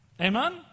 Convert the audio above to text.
Amen